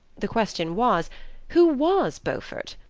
the question was who was beaufort?